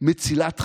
מצילת חיים.